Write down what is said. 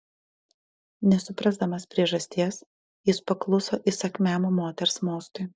nesuprasdamas priežasties jis pakluso įsakmiam moters mostui